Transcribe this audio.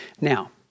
Now